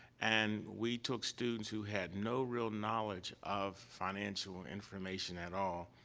and we took students who had no real knowledge of financial information at all.